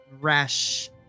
rash